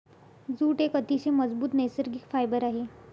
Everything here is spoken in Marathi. जूट एक अतिशय मजबूत नैसर्गिक फायबर आहे